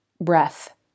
breath